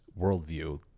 worldview